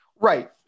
right